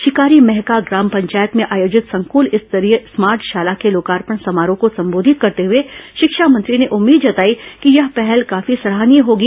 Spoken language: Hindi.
शिकारीमहका ग्राम पंचायत में आयोजित संकल स्तरीय स्मार्ट शाला के लोकार्पण समारोह को संबोधित करते हुए शिक्षा मंत्री ने उम्मीद जताई कि यह पहल काफी सराहनीय होगी